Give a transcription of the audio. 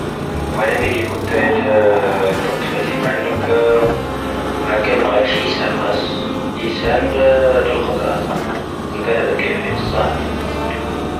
ⵡⴰⵏⵢⴰⵎⴻⵉ ⴷⵉ ⴽⵓⵜⵔⴻ ⴷⴻ ⵜⴰⵜⴼⴰ ⴷⵉⵎⴰⵏ ⵏⴰⴽⴰ. ⵎⴰⴽⴻⵏ ⵔⴰⴽⵀ ⵙⵀⵉⵙⴰⵏ ⵔⴰⴽⵀⴰⵙ. ⵢⵉⵙⴰⵏ ⴷⴻ ⴷⴻⵍⴽⵀⴰⴷⵔⴰⵜⴰ. ⵏⵜⴻⵏⴻ ⴷⴻ ⴽⴰⵉⴼⵉⵏ ⵙⴰⵀⵜ.